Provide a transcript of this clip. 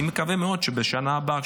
אני מקווה מאוד שבשנה הבאה,